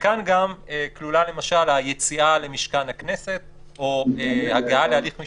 וכאן גם כלולה למשל היציאה למשכן הכנסת או הגעה להליך משפטי,